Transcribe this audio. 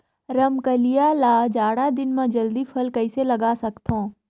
रमकलिया ल जाड़ा दिन म जल्दी फल कइसे लगा सकथव?